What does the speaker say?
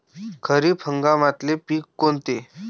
खरीप हंगामातले पिकं कोनते?